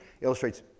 Illustrates